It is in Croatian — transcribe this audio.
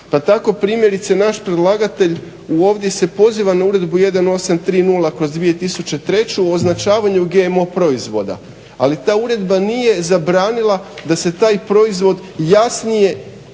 Pa tako primjerice naš predlagatelj ovdje se poziva na Uredbu 1830/2003 o označavanju GMO proizvoda, ali ta uredba nije zabranila da se taj proizvod jasnije označi